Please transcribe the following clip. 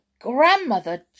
Grandmother